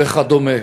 וכדומה.